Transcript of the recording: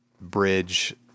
bridge